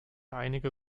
einige